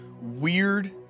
Weird